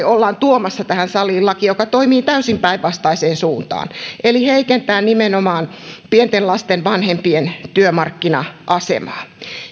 ollaan tuomassa tähän saliin laki joka toimii täysin päinvastaiseen suuntaan eli heikentää nimenomaan pienten lasten vanhempien työmarkkina asemaa